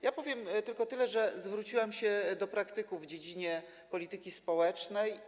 Ja powiem tylko tyle, że zwróciłam się do praktyków w dziedzinie polityki społecznej.